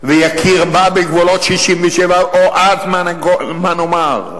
ויכיר בה בגבולות 67', או אז, מה נאמר?